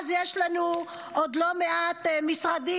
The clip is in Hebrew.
אז יש לנו עוד לא מעט משרדים.